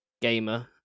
gamer